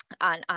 on